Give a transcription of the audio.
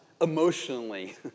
emotionally